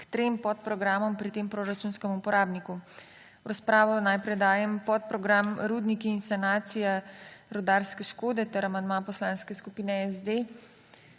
k trem podprogramom pri tem proračunskem uporabniku. V razpravo najprej dajem podprogram Rudniki in sanacije rudarske škode ter amandma Poslanske skupine SD.